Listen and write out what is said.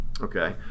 Okay